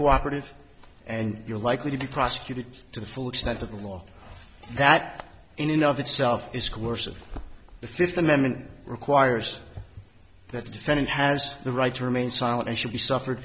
uncooperative and you're likely to be prosecuted to the full extent of the law that in and of itself is course of the fifth amendment requires that the defendant has the right to remain silent and should be suffered